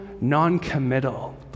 non-committal